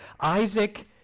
Isaac